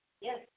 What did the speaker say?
Yes